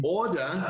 order